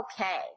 Okay